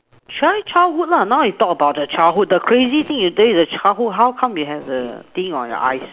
try childhood lah now you talk about the childhood the crazy thing you did in your childhood how come you have the thing on you eyes